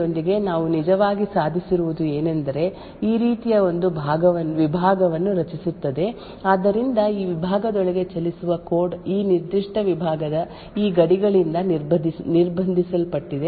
ಈಗ ಒಂದು fine grained confinement ದೊಂದಿಗೆ ನಾವು ನಿಜವಾಗಿ ಸಾಧಿಸಿರುವುದು ಏನೆಂದರೆ ಈ ರೀತಿಯ ಒಂದು ವಿಭಾಗವನ್ನು ರಚಿಸುತ್ತಿದೆ ಆದ್ದರಿಂದ ಈ ವಿಭಾಗದೊಳಗೆ ಚಲಿಸುವ ಕೋಡ್ ಈ ನಿರ್ದಿಷ್ಟ ವಿಭಾಗದ ಈ ಗಡಿಗಳಿಂದ ನಿರ್ಬಂಧಿಸಲ್ಪಟ್ಟಿದೆ